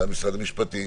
גם משרד המשפטים,